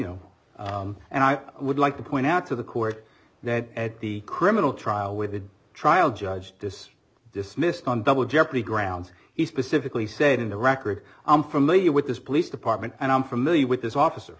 know and i would like to point out to the court that at the criminal trial where the trial judge this dismissed on double jeopardy grounds he specifically said in the record i'm familiar with this police department and i'm familiar with this officer